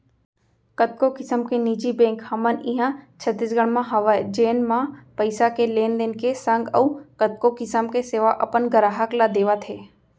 कतको किसम के निजी बेंक हमन इहॉं छत्तीसगढ़ म हवय जेन म पइसा के लेन देन के संग अउ कतको किसम के सेवा अपन गराहक ल देवत हें